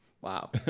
wow